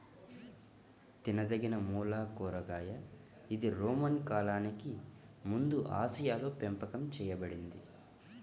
తినదగినమూల కూరగాయ ఇది రోమన్ కాలానికి ముందుఆసియాలోపెంపకం చేయబడింది